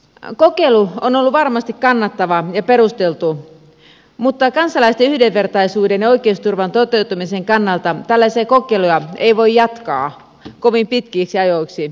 kokeilu on ollut varmasti kannattava ja perusteltu mutta kansalaisten yhdenvertaisuuden ja oikeusturvan toteutumisen kannalta tällaisia kokeiluja ei voida jatkaa kovin pitkiksi ajoiksi